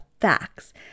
facts